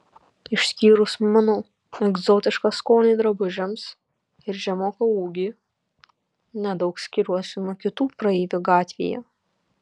išskyrus mano egzotišką skonį drabužiams ir žemoką ūgį nedaug skiriuosi nuo kitų praeivių gatvėje